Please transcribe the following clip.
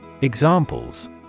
Examples